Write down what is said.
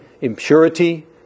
impurity